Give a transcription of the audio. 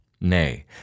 Nay